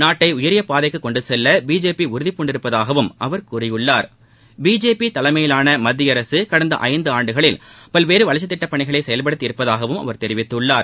நாட்டை உயரிய பாதைக்கு கொண்டுச் செல்ல பிஜேபி உறதி பூண்டிருப்பதாகவும் அவர் கூறியுள்ளார் பிஜேபி தலைமையிலான மத்திய அரசு கடந்த ஐந்தாண்டுகளில் பல்வேறு வளர்ச்சித் திட்டபணிகளை செயல்படுத்தி உள்ளதாகவும் அவர் தெரிவித்துள்ளார்